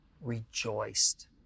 rejoiced